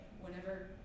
whenever